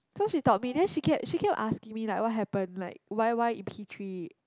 so she taught me then she keep she keep asking me like what happen like why why in P-three